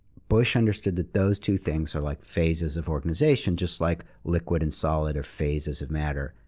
bush understood that those two things are like phases of organization, just like liquid and solid are phases of matter.